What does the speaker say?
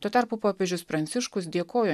tuo tarpu popiežius pranciškus dėkojo